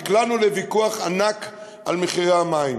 נקלענו לוויכוח ענק על מחירי המים.